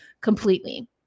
completely